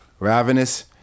Ravenous